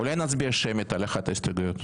אופיר, אולי נצביע שמית על אחת ההסתייגויות?